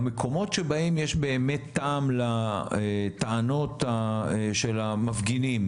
במקומות שבהם יש באמת טעם לטענות של המפגינים